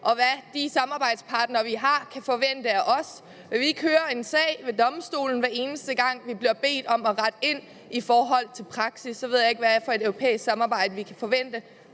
og hvad de samarbejdspartnere, vi har, kan forvente af os. Hvis vi kører en sag ved Domstolen, hver eneste gang vi bliver bedt om at rette ind i forhold til praksis, så ved jeg ikke, hvad for et europæisk samarbejde vi kan forvente